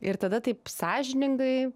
ir tada taip sąžiningai